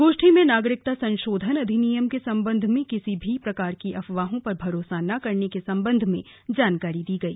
गोष्ठी में नागरिकता संशोधन अधिनियम के सम्बन्ध में किसी भी प्रकार की अफवाहों पर भरोसा न करने के संबंध में जानकारी दी गई